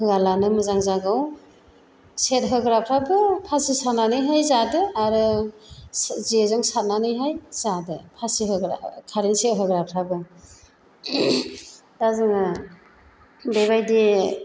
होआलानो मोजां जागौ स'ख होग्राफ्राबो फासि सानानैहाय जादो आरो जेजों सारनानै जादो फासि होग्राफ्राबो कारेन स'ख होग्राफ्राबो दा जोंङो बेबायदि